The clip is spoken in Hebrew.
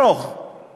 מאבק ארוך בבתי-המשפט,